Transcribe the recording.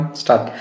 start